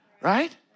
right